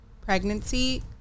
pregnancy